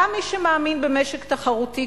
גם מי שמאמין במשק תחרותי,